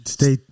Stay